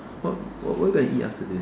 what what what are we gonna eat after this